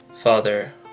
Father